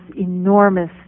enormous